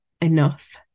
enough